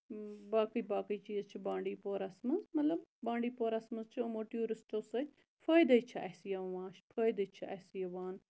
باقٕے باقٕے چیٖز چھِ بانڈی پورَس مَنٛز مَطلَب بانڈی پورَس مَنٛز چھِ یِمو ٹورِسٹو سۭتۍ فٲیدے چھ اَسہِ یِوان فٲیدے چھ اَسہِ یِوان